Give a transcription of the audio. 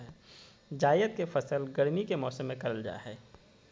जायद के फसल गर्मी के मौसम में करल जा हइ